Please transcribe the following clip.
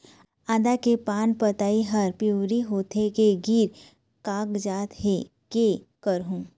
आदा के पान पतई हर पिवरी होथे के गिर कागजात हे, कै करहूं?